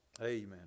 Amen